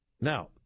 Now